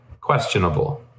questionable